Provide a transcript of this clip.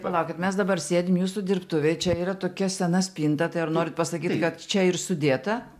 palaukit mes dabar sėdim jūsų dirbtuvėj čia yra tokia sena spinta tai ar norit pasakyt kad čia ir sudėta